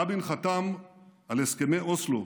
רבין חתם על הסכמי אוסלו